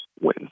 win